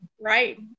right